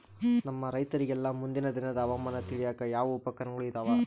ನಮ್ಮ ರೈತರಿಗೆಲ್ಲಾ ಮುಂದಿನ ದಿನದ ಹವಾಮಾನ ತಿಳಿಯಾಕ ಯಾವ ಉಪಕರಣಗಳು ಇದಾವ?